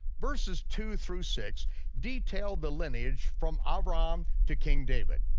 verses two through six detail the lineage from abraham to king david.